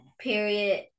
Period